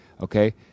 Okay